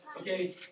okay